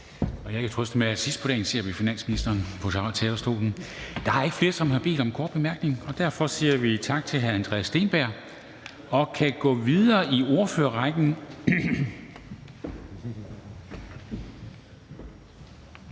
Jeg kan trøste med at sige, at sidst på dagen ser vi finansministeren på talerstolen. Der er ikke flere, der har bedt om korte bemærkninger, og derfor siger vi tak til hr. Andreas Steenberg og går videre i ordførerrækken.